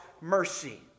mercy